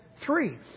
three